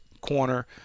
corner